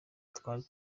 twari